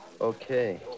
Okay